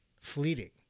fleeting